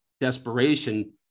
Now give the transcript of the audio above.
desperation